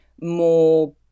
more